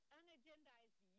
unagendized